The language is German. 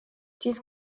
dies